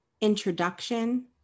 introduction